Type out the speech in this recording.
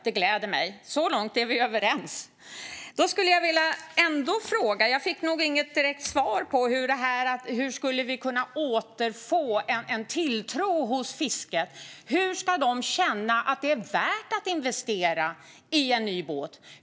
Detta gläder mig, och så långt är vi överens. Jag fick inget direkt svar på hur vi skulle kunna återfå en tilltro när det gäller fisket. Hur ska de känna att det är värt att investera i en ny båt?